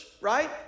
right